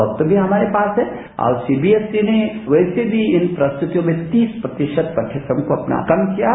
वक्त भी हमारे पास है और सीबीएसई ने वैसे भी इन प्रस्तुतियों में तीस प्रतिशत पाठ्यक्रम को अपना कम किया है